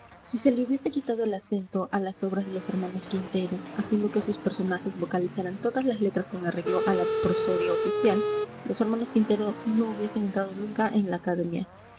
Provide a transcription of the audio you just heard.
si se le hubiese quitado el acento a las obras de los hermanos quintero haciendo que sus personajes vocalizaran todas las letras con arreglo a la prosodia oficial los hermanos quintero no hubiesen entrado nunca en la academia